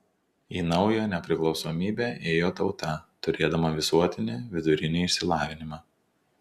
į naują nepriklausomybę ėjo tauta turėdama visuotinį vidurinį išsilavinimą